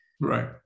right